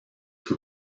who